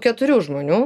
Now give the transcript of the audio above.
keturių žmonių